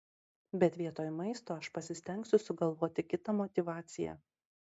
bet vietoj maisto aš pasistengsiu sugalvoti kitą motyvaciją